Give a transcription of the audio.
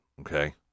okay